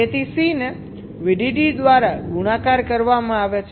તેથી C ને VDD દ્વારા ગુણાકાર કરવામાં આવે છે